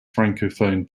francophone